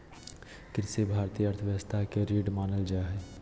कृषि भारतीय अर्थव्यवस्था के रीढ़ मानल जा हइ